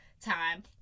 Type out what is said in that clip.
time